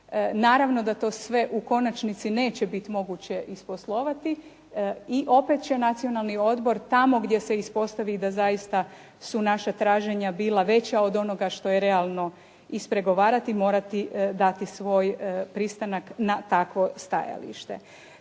Naravno da to sve u konačnici neće biti moguće isposlovati i opet će Nacionalni odbor tamo gdje se ispostavi da zaista su naša traženja od onoga što je realno ispregovarati morati dati svoj pristanak na takvo stajalište.